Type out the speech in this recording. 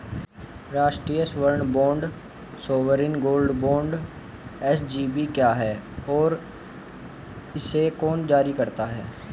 राष्ट्रिक स्वर्ण bond sovereign gold bond S G B क्या है और इसे कौन जारी करता है?